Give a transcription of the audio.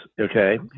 okay